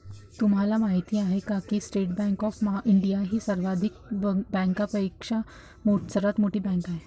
तुम्हाला माहिती आहे का की स्टेट बँक ऑफ इंडिया ही सार्वजनिक बँकांपैकी सर्वात मोठी बँक आहे